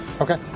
Okay